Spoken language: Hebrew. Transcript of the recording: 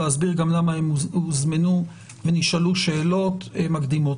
להסביר גם למה הם הוזמנו ונשאלו שאלות מקדימות.